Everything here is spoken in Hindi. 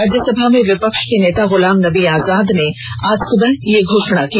राज्यसभा में विपक्ष कें नेता गुलाम नबी आज़ाद ने आज सुबह ये घोषणा की